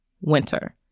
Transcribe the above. winter